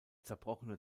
zerbrochene